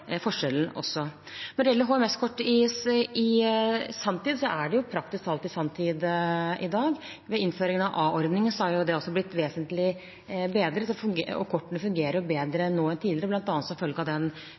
forskjellen. Når det gjelder HMS-kort i sanntid, er det praktisk talt i sanntid i dag. Ved innføringen av a-ordningen er det også blitt vesentlig bedret, og kortene fungerer bedre nå enn tidligere, bl.a. som følge av den